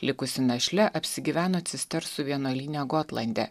likusi našle apsigyveno cistersų vienuolyne gotlande